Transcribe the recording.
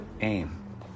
Aim